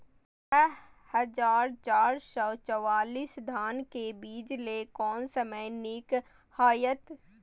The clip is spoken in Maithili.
छः हजार चार सौ चव्वालीस धान के बीज लय कोन समय निक हायत?